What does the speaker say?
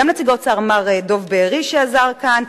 גם נציג האוצר, מר דב בארי, שעזר כאן.